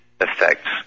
effects